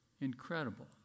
Incredible